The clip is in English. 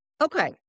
Okay